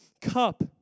cup